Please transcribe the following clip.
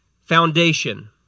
foundation